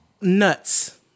Nuts